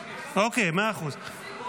אוקיי, מאה אחוז.